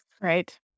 Right